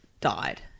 died